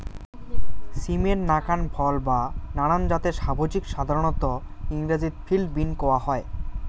সিমের নাকান ফল বা নানান জাতের সবজিক সাধারণত ইংরাজিত ফিল্ড বীন কওয়া হয়